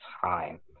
time